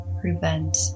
prevent